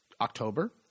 October